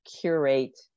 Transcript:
curate